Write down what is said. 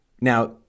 Now